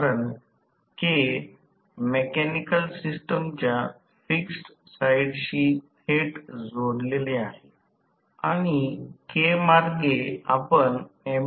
तर निश्चित व्होल्टेज वरील टॉर्क स्लिप चे वैशिष्ट्य आकृती 14 मध्ये दिले गेले आहे